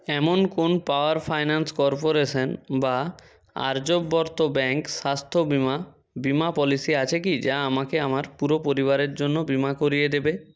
এমন কোন power finance corporation বা আর্যাবর্ত ব্যাঙ্ক স্বাস্থ্য বিমা বিমা পলিসি আছে কি যা আমাকে আমার পুরো পরিবারের জন্য বিমা করিয়ে দেবে